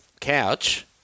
couch